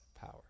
power